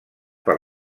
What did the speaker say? per